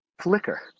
flicker